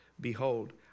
behold